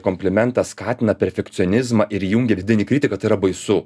komplimentas skatina perfekcionizmą ir jungia vidinį kritiką tai yra baisu